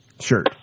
Sure